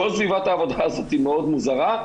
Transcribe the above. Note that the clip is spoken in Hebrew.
כל סביבת העבודה הזאת מאוד מוזרה,